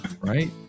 Right